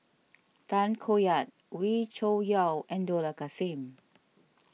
Tay Koh Yat Wee Cho Yaw and Dollah Kassim